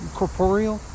corporeal